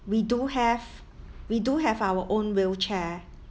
we do have we do have our own wheelchair